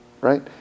right